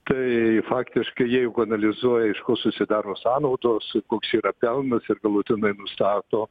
tai faktiškai jeigu analizuoja iš ko susidaro sąnaudos koks yra pelnas ir galutinai nustato